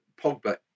Pogba